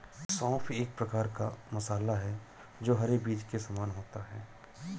सौंफ एक प्रकार का मसाला है जो हरे बीज के समान होता है